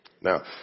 Now